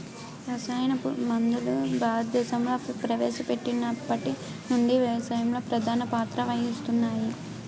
రసాయన పురుగుమందులు భారతదేశంలో ప్రవేశపెట్టినప్పటి నుండి వ్యవసాయంలో ప్రధాన పాత్ర వహిస్తున్నాయి